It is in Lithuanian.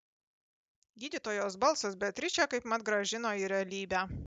gydytojos balsas beatričę kaipmat grąžino į realybę